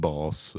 Boss